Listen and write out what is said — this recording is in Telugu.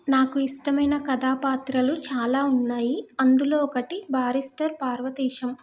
నాకు ఇష్టమైన కథా పాత్రలు చాలా ఉన్నాయి అందులో ఒకటి బారిష్టర్ పార్వతేశం